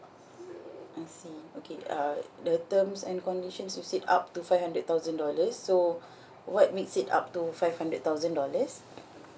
I see okay uh the terms and conditions you said up to five hundred thousand dollars so what makes it up to five hundred thousand dollars